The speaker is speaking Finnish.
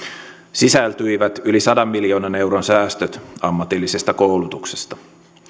sisältyivät yli sadan miljoonan euron säästöt ammatillisesta koulutuksesta